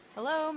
Hello